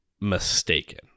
mistaken